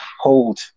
hold